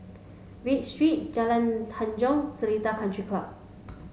Read Street Jalan Tanjong Seletar Country Club